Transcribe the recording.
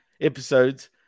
episodes